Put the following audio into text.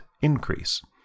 increase